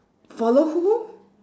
follow who